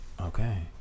Okay